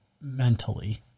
mentally